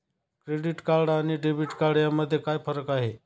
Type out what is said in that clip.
Credit card आणि debit card यामध्ये काय फरक आहे?